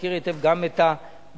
שמכיר היטב גם את המגנ"א,